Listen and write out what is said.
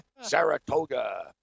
Saratoga